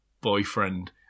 boyfriend